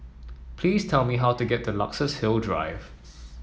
please tell me how to get to Luxus Hill Drives